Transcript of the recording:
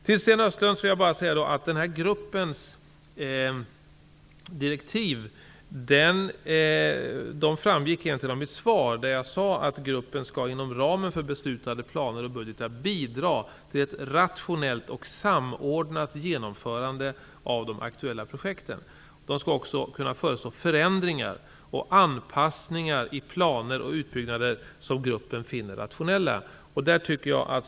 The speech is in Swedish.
Till Sten Östlund vill jag bara säga att direktiven till gruppen egentligen framgick av svaret, där jag sade att gruppen inom ramen för beslutade planer och budgetar skall bidra till ett rationellt och samordnat genomförande av de aktuella projekten. Den skall också kunna föreslå sådana förändringar och anpassningar i planer och utbyggnader som gruppen finner rationella.